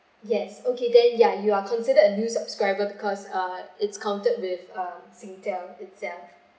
yes okay then yeah you are considered a new subscriber because uh it counted with uh Singtel itself